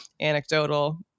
anecdotal